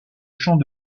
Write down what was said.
champ